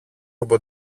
από